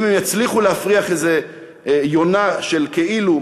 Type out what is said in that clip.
אם יצליחו להפריח יונה בכאילו,